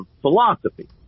philosophy